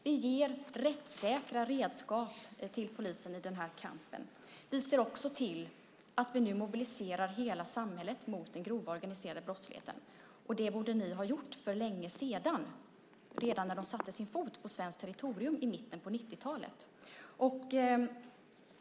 Vi ger rättssäkra redskap till polisen i den här kampen. Vi ser också till att vi nu mobiliserar hela samhället mot den grova organiserade brottsligheten, och det borde ni ha gjort för länge sedan, redan när de satte sin fot på svenskt territorium i mitten av 90-talet.